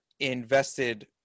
invested